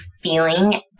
feeling